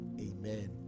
Amen